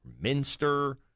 Minster